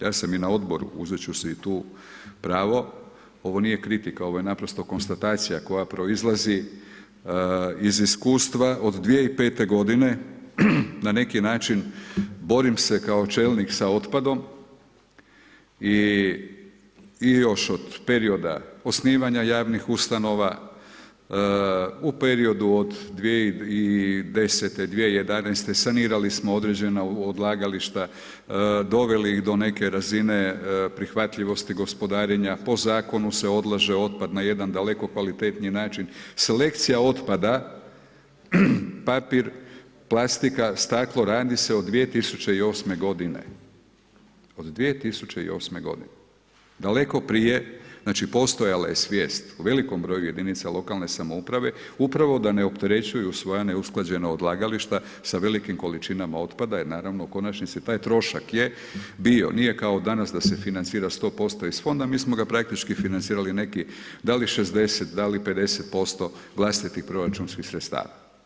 Ja sam i na odboru, uzet ću si tu pravo, ovo nije kritika, ovo je naprosto konstatacija koja proizlazi iz iskustva od 2005. g., na neki način borim se kao čelnik sa otpadom i još od perioda osnivanja javnih ustanova, u periodu od 2010., 2011., sanirali smo određena odlagališta, doveli ih do neke razine prihvatljivosti gospodarenja, po zakonu se odlaže otpad na jedan daleko kvalitetniji način, selekcija otpada, papir plastika, staklo, radi se od 2008. g. Od 2008. g. Daleko prije znači postojala je svijest u velikom broju jedinica lokalne samouprave upravo da ne opterećuju svoja neusklađena odlagališta sa velikim količinama otpada jer naravno u konačnici taj trošak je bio, nije kao danas da se financira 100% iz fonda, mi smo ga praktički financirali nekih da li 60, da li 50% vlastitih proračunskih sredstava.